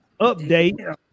update